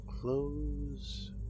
Close